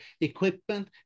equipment